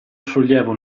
sollievo